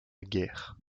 guerre